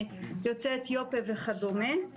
יוצאי אתיופיה וכדומה.